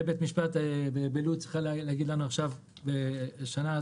בית המשפט בלוד יצטרך להגיד לנו עכשיו את התשובה.